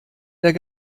der